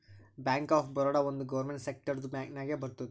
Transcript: bank of Baroda ಒಂದ್ government ಸೆಕ್ಟರ್ದು bank ನಾಗ್ ಬರ್ತುದ್